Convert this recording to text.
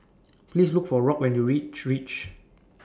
Please Look For Rock when YOU REACH REACH REACH